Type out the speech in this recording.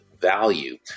value